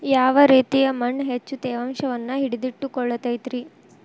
ಯಾವ ರೇತಿಯ ಮಣ್ಣ ಹೆಚ್ಚು ತೇವಾಂಶವನ್ನ ಹಿಡಿದಿಟ್ಟುಕೊಳ್ಳತೈತ್ರಿ?